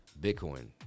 bitcoin